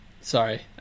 Sorry